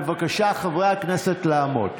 בבקשה, חברי הכנסת, לעמוד.